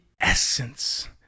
essence